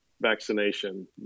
vaccination